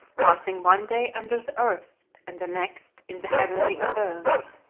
passing one day under the earth and the next in the heavenly abodes.